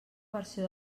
versió